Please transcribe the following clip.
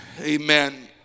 Amen